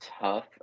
tough